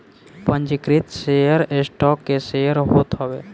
पंजीकृत share stock के share होत हवे